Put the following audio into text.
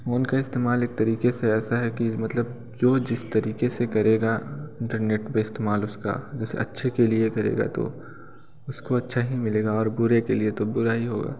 phone का इस्तेमाल एक तरीक़े से ऐसा है कि मतलब जो जिस तरीक़े से करेगा इंटरनेट पर इस्तेमाल उसका जैसे अच्छे के लिए करेगा तो उसको अच्छा ही मिलेगा और बुरे के लिए तो बुरा ही होगा